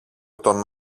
τον